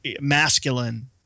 masculine